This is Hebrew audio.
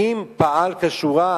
אם פעל כשורה,